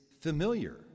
familiar